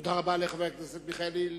תודה רבה לחבר הכנסת מיכאלי.